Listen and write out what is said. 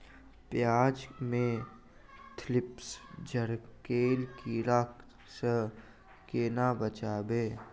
प्याज मे थ्रिप्स जड़ केँ कीड़ा सँ केना बचेबै?